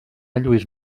lluís